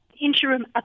Interim